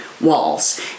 walls